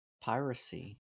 Piracy